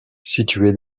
situé